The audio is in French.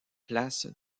place